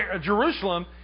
Jerusalem